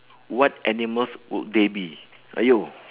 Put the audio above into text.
what animals would they be !aiyo!